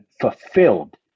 fulfilled